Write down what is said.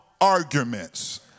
arguments